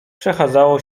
przechadzało